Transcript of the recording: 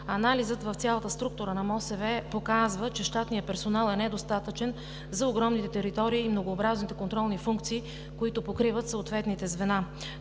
Анализът в цялата структура на МОСВ показва, че щатният персонал е недостатъчен за огромните територии и многообразните контролни функции, които покриват съответните звена.